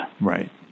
Right